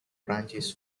branches